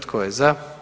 Tko je za?